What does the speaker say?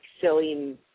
silly